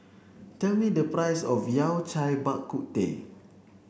tell me the price of Yao Cai Bak Kut Teh